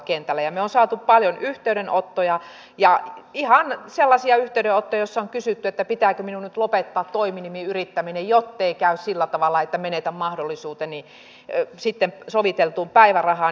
me olemme saaneet paljon yhteydenottoja ja ihan sellaisia yhteydenottoja joissa on kysytty että pitääkö minun nyt lopettaa toiminimiyrittäminen jottei käy sillä tavalla että menetän mahdollisuuteni sitten soviteltuun päivärahaan